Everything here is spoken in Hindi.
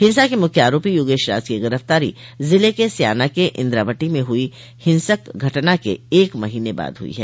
हिंसा के मुख्य आरोपी योगेश राज की गिरफ्तारी जिले के स्याना के इन्द्रावटी में हुई हिसंक घटना के एक महीने बाद हुई है